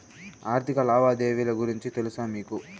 ఆర్థిక లావాదేవీల గురించి తెలుసా మీకు